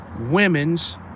women's